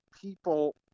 people